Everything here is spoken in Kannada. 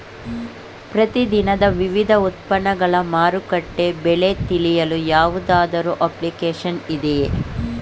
ಪ್ರತಿ ದಿನದ ವಿವಿಧ ಉತ್ಪನ್ನಗಳ ಮಾರುಕಟ್ಟೆ ಬೆಲೆ ತಿಳಿಯಲು ಯಾವುದಾದರು ಅಪ್ಲಿಕೇಶನ್ ಇದೆಯೇ?